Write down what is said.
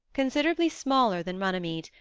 considerably smaller than runnymede,